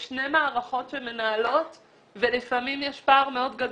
יש שתי מערכות שמנהלות ולפעמים יש פער מאוד גדול